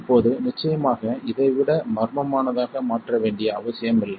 இப்போது நிச்சயமாக இதை விட மர்மமானதாக மாற்ற வேண்டிய அவசியமில்லை